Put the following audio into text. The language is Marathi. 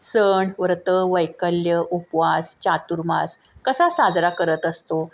सण व्रतं वैकल्यं उपवास चातुर्मास कसा साजरा करत असतो